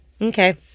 okay